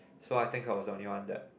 so I think I was the only one that